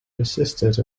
persisted